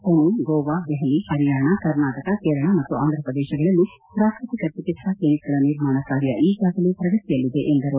ಪುಣೆ ಗೋವಾ ದೆಹಲಿ ಹರಿಯಾಣ ಕರ್ನಾಟಕ ಕೇರಳ ಮತ್ತು ಆಂಧಪ್ರದೇಶಗಳಲ್ಲಿ ಪ್ರಾಕೃತಿಕ ಚಿಕಿತ್ಸಾ ಕ್ಷೆನಿಕ್ಗಳ ನಿರ್ಮಾಣ ಕಾರ್ಯ ಈಗಾಗಲೇ ಪ್ರಗತಿಯಲ್ಲಿದೆ ಎಂದು ಅವರು ಹೇಳಿದರು